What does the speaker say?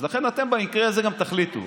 לכן אתם במקרה הזה גם תחליטו.